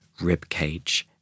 ribcage